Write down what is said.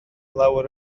lawer